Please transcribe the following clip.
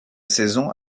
saison